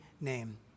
name